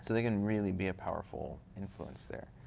they can really be a powerful influence there.